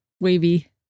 Wavy